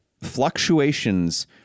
fluctuations